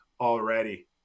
already